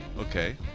Okay